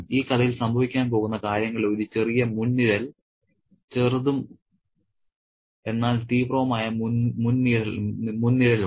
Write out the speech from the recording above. ഈ കഥയിൽ സംഭവിക്കാൻ പോകുന്ന കാര്യങ്ങളുടെ ഒരു ചെറിയ മുൻനിഴൽ ചെറുതും എന്നാൽ തീവ്രവുമായ മുൻനിഴൽ ഉണ്ട്